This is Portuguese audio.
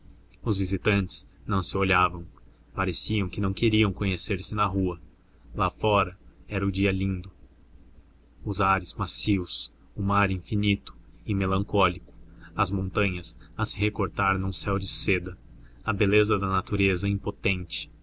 os visitantes não se olhavam pareciam que não queriam conhecer se na rua lá fora era o dia lindo os ares macios o mar infinito e melancólico as montanhas a se recortar num céu de seda a beleza da natureza imponente